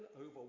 over